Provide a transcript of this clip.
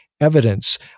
evidence